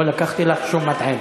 לא לקחתי לך שום מטען.